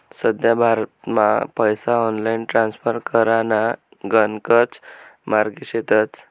सध्या भारतमा पैसा ऑनलाईन ट्रान्स्फर कराना गणकच मार्गे शेतस